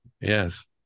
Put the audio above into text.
Yes